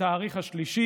התאריך השלישי,